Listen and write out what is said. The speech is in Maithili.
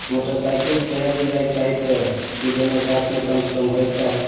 मोटरसाइकिलसे कहीँ भी जाइके चाही तऽ ई दुनू साथमे कमसे कम होइके चाही